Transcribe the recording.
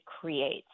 creates